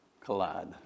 Collide